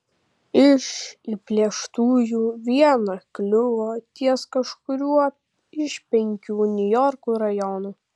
iš įplėštųjų viena kliuvo ties kažkuriuo iš penkių niujorko rajonų